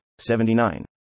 79